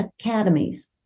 academies